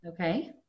Okay